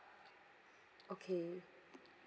okay